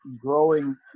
growing